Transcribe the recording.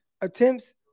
attempts